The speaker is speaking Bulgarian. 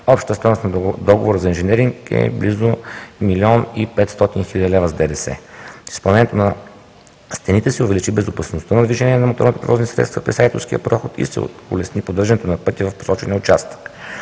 Общата стойност на договора за инженеринг е близо 1 млн. 500 хил. лв. с ДДС. С изпълнението на стените се увеличи безопасността на движение на моторните превозни средства през Айтоския проход и се улесни поддържането на пътя в посочения участък.